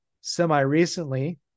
semi-recently